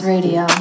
Radio